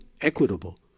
equitable